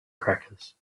crackers